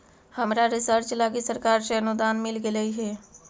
हमरा रिसर्च लागी सरकार से अनुदान मिल गेलई हे